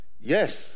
Yes